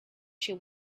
she